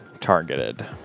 targeted